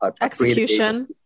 execution